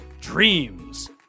Dreams